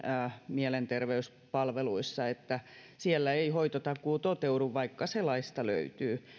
mielenterveyspalveluissa siellä ei hoitotakuu toteudu vaikka se laista löytyy